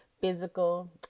physical